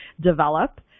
develop